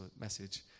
message